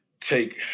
take